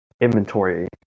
inventory